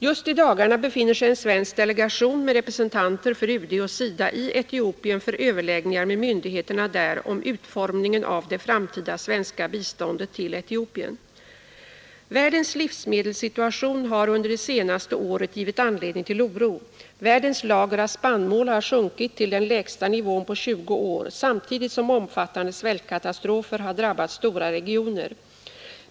Just i dagarna befinner sig en svensk delegation med representanter för UD och SIDA i Etiopien för överläggningar med myndigheterna där om utformningen av det framtida svenska biståndet till Etiopien. Världens livsmedelssituation har under det senaste året givit anledning till oro. Världens lager av spannmål har sjunkit till den lägsta nivån på tjugo år samtidigt som omfattande svältkatastrofer har drabbat stora regioner.